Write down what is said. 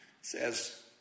says